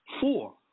Four